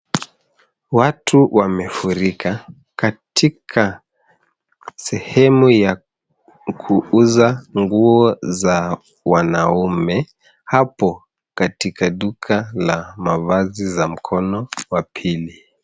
Watu wamefurika katika sehemu ya kuuza manguo za wanaume hapo katika duka la mavazi za mkono wa pili.